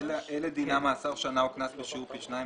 אלה דינם מאסר שנה או קנס בשיעור פי שניים